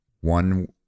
One